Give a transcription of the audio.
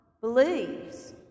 believes